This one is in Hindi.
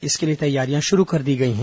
इसके लिए तैयारियां शुरू कर दी गई हैं